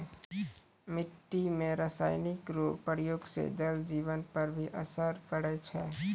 मिट्टी मे रासायनिक रो प्रयोग से जल जिवन पर भी असर पड़ै छै